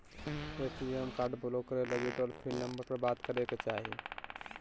ATM card block करे लगी toll free number पर बात करे के चाही